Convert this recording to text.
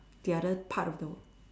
the other part of the world